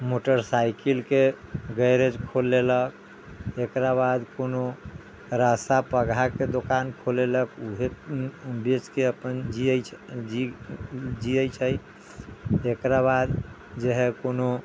motor साइकिलके garage खोलि लेलक एकराबाद कोनो रस्सा पघ्घाके दोकान खोलि लेलक उएह बेचि कऽ अपन जियै छै जि जियै छै एकराबाद जे हइ कोनो